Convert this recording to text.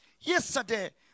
Yesterday